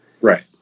Right